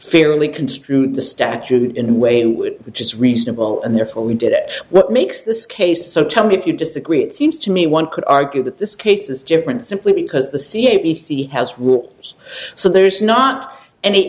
fairly construe the statute in a way in which is reasonable and therefore we did that what makes this case so tell me if you disagree it seems to me one could argue that this case is different simply because the c a b c has rules so there's not any